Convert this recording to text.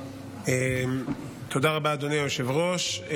תודה רבה, אדוני היושב-ראש.